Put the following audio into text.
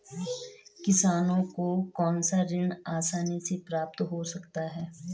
किसानों को कौनसा ऋण आसानी से प्राप्त हो सकता है?